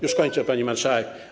Już kończę, pani marszałek.